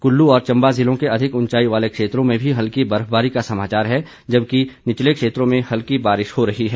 कल्लू और चंबा जिलों के अधिक उंचाई वाले क्षेत्रों में भी हल्की बर्फबारी का समाचार है जबकि निचले क्षेत्रों में हल्की बारिश हो रही है